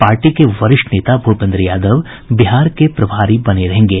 party के वरिष्ठ नेता भूपेन्द्र यादव बिहार के प्रभारी बने रहेंगे